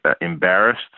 embarrassed